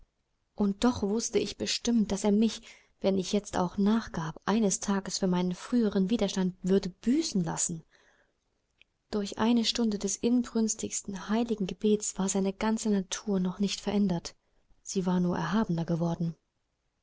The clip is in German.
und doch wußte ich bestimmt daß er mich wenn ich jetzt auch nachgab eines tages für meinen früheren widerstand würde büßen lassen durch eine stunde des inbrünstigen heiligen gebets war seine ganze natur noch nicht verändert sie war nur erhabener geworden